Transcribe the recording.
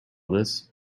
this